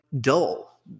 dull